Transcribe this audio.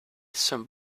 some